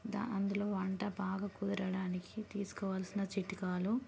అందులో వంట బాగా కుదరడానికి తీసుకోవాల్సిన చిట్కాలు